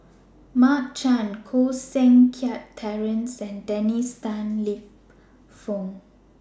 Mark Chan Koh Seng Kiat Terence and Dennis Tan Lip Fong